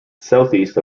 southeast